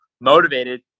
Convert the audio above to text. motivated